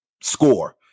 score